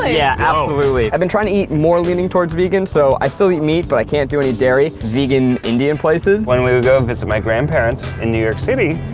yeah absolutely! i've been trying to eat more leaning towards vegan so i still eat meat but i can't do any dairy. vegan indian places when we would go visit my grandparents in new york city,